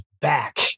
back